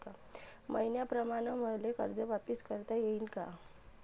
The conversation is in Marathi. मईन्याप्रमाणं मले कर्ज वापिस करता येईन का?